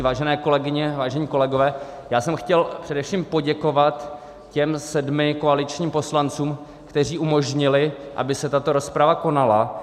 Vážené kolegyně, vážení kolegové, já jsem chtěl především poděkovat těm sedmi koaličním poslancům, kteří umožnili, aby se tato rozprava konala.